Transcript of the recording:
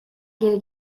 geri